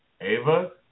Ava